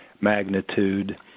magnitude